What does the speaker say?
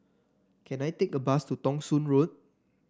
can I take a bus to Thong Soon Road